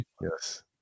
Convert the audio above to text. Yes